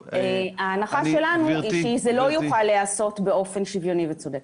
ההנחה שלנו שזה לא יוכל להיעשות באופן שוויוני וצודק.